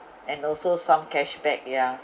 and also some cashback yeah